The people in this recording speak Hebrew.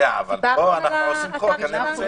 אבל פה אנחנו עושים חוק.